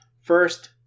First